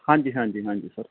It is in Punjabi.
ਹਾਂਜੀ ਹਾਂਜੀ ਹਾਂਜੀ ਸਰ